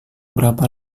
berapa